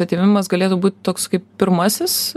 atėmimas galėtų būt toks kaip pirmasis